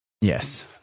Yes